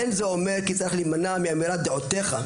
אין זה אומר שצריך להימנע מאמירת דעותיך,